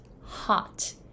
hot